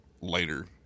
later